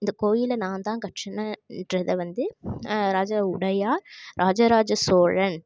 இந்த கோயிலை நான்தான் கட்டுனன்னறத வந்து ராஜ உடையார் ராஜராஜ சோழன்